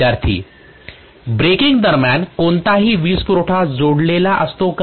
विद्यार्थीः ब्रेकिंग दरम्यान कोणताही वीजपुरवठा जोडलेला असतो का